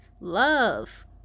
love